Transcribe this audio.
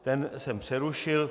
Ten jsem přerušil.